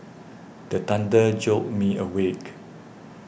the thunder jolt me awake